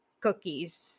cookies